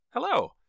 Hello